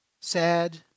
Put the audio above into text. Sad